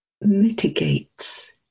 mitigates